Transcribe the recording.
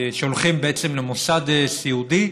שהולכים בעצם למוסד סיעודי.